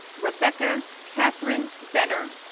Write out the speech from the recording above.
rebecca catherine benner,